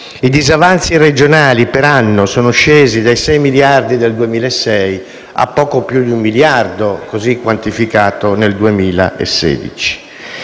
I disavanzi regionali per anno sono scesi dai 6 miliardi del 2006 a poco più di un miliardo, così quantificato nel 2016.